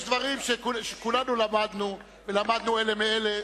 יש דברים שכולנו למדנו ולמדנו אלה מאלה.